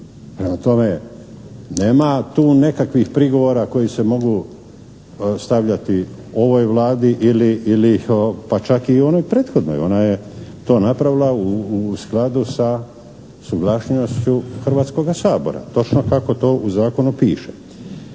Prema tome, nema tu nekakvih prigovora koji se mogu stavljati ovoj Vladi ili ih, pak čak i onoj prethodnoj, ona je to napravila u skladu sa suglasnošću Hrvatskoga sabora. Točno kako to u zakonu piše.